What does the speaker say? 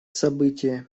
событие